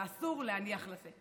ואסור להניח לזה.